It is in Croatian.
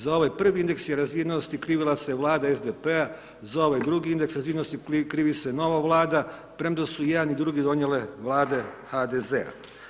Za ovaj prvi indeks razvijenost, krivila se vlada SDP-a, za ovaj drugi indeks razvijenost, krivi se nova vlada, premda su i jedan i drugi donijele vlade HDZ-a.